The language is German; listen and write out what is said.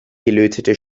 gelötete